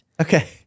Okay